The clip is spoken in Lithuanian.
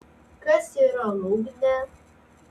kas yra lūgnė